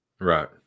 Right